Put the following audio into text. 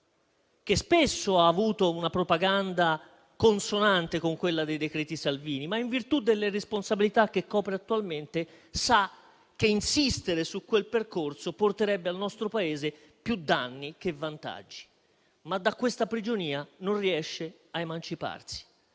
spesso ha avuto una propaganda consonante con quella dei decreti Salvini. In virtù delle responsabilità che copre attualmente, però, sa che insistere su quel percorso porterebbe al nostro Paese più danni che vantaggi, ma da questa prigionia non riesce a emanciparsi.